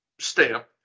Stamp